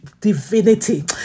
divinity